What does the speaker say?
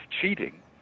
cheating